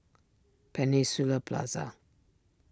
Peninsula Plaza